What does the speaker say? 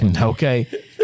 Okay